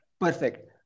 Perfect